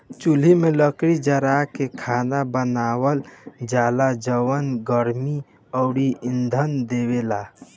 चुल्हि में लकड़ी जारा के खाना बनावल जाला जवन गर्मी अउरी इंधन देवेला